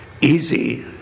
easy